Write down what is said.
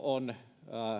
on